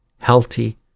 healthy